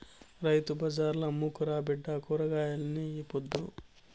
రైతు బజార్ల అమ్ముకురా బిడ్డా కూరగాయల్ని ఈ పొద్దు